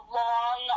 long